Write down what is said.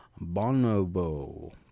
Bonobo